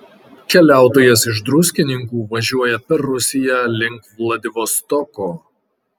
keliautojas iš druskininkų važiuoja per rusiją link vladivostoko